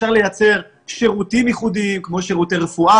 אפשר לייצר שירותים ייחודיים כמו שירותי רפואה